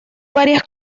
varias